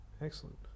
excellent